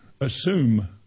assume